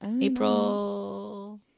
April